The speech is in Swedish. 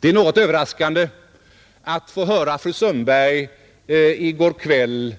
Det är något överraskande att få höra fru Sundberg i går kväll